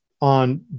on